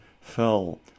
fell